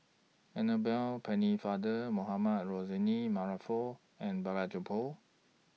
Annabel Pennefather Mohamed Rozani Maarof and Balraj Gopal